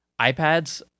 iPads